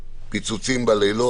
פיצוצים בלילות.